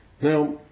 Now